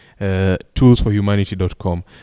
Toolsforhumanity.com